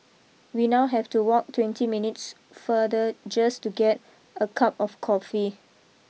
we now have to walk twenty minutes further just to get a cup of coffee